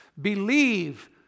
Believe